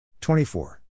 24